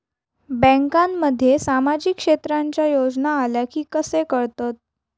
बँकांमध्ये सामाजिक क्षेत्रांच्या योजना आल्या की कसे कळतत?